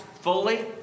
fully